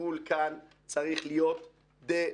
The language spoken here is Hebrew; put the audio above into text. השיקול כאן צריך להיות דמוגרפי.